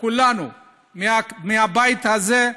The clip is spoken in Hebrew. כולנו בבית הזה,